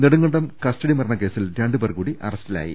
Nedumkandam custody മരണക്കേസിൽ രണ്ട് പേർ കൂടി അറസ്റ്റി ലായി